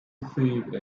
safe